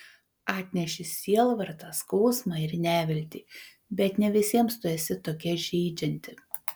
atneši sielvartą skausmą ir neviltį bet ne visiems tu esi tokia žeidžianti